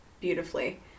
beautifully